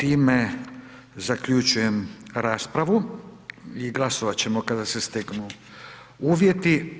Time zaključujem raspravu i glasovati ćemo kada se steknu uvjeti.